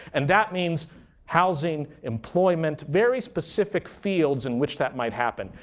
and that means housing, employment very specific fields in which that might happen.